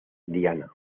diana